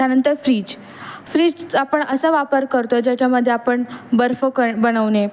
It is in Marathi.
त्यानंतर फ्रीज फ्रीज आपण असा वापर करतो ज्याच्यामध्ये आपण बर्फ कर बनवणे